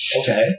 Okay